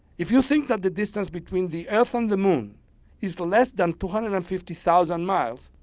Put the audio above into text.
if you think that the distance between the earth and the moon is less than two hundred and fifty thousand miles,